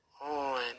on